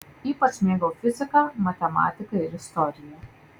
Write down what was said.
ypač mėgau fiziką matematiką ir istoriją